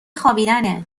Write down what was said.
خوابیدنه